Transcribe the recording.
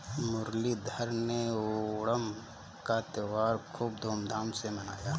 मुरलीधर ने ओणम का त्योहार खूब धूमधाम से मनाया